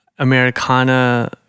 Americana